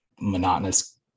monotonous